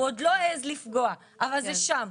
הוא עוד לא העז לפגוע, אבל זה שם.